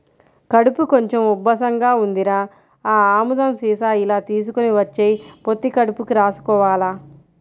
కడుపు కొంచెం ఉబ్బసంగా ఉందిరా, ఆ ఆముదం సీసా ఇలా తీసుకొని వచ్చెయ్, పొత్తి కడుపుకి రాసుకోవాల